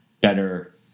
better